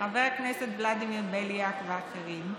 חבר הכנסת ולדימיר בליאק ואחרים,